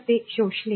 तर ते शोषले